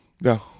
No